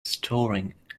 storing